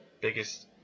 biggest